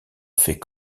fait